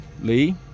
Lee